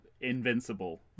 invincible